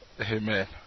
Amen